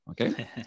Okay